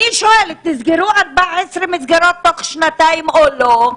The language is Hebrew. אני שואלת: נסגרו 14 מסגרות בתוך שנתיים או לא?